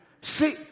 See